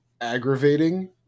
aggravating